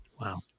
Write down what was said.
Wow